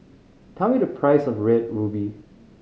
tell me the price of Red Ruby